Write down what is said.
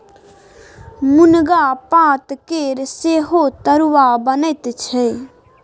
मुनगा पातकेर सेहो तरुआ बनैत छै